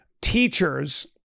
teachers